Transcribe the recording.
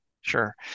Sure